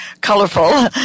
colorful